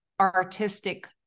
artistic